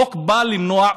חוק שבא למנוע,